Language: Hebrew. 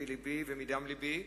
מלבי ומדם לבי.